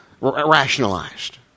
rationalized